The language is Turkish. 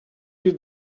bir